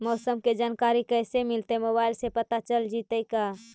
मौसम के जानकारी कैसे मिलतै मोबाईल से पता चल जितै का?